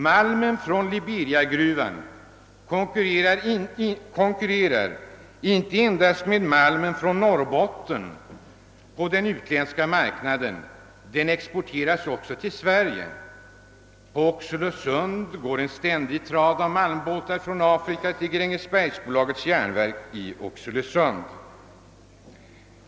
Malmen från Liberiagruvan konkurrerar inte endast med malmen från Norrbotten på den utländska marknaden, den exporteras också till Sverige. Det går en ständig trad av båtar från Afrika till Grängesbergsbolagets järnverk i Oxelösund.